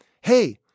hey